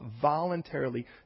voluntarily